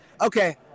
Okay